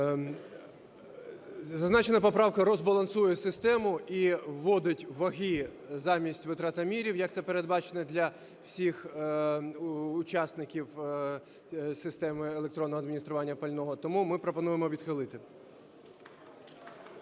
Зазначена поправка розбалансує систему і вводить ваги замість витратомірів, як це передбачено для всіх учасників системи електронного адміністрування пального. Тому ми пропонуємо відхилити.